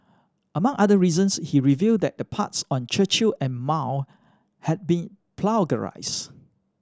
among other reasons he revealed that the parts on Churchill and Mao had been plagiarised